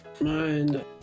Mind